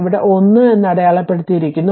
ഇവിടെ 1 എന്ന് അടയാളപ്പെടുത്തിയിരിക്കുന്നു